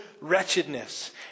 wretchedness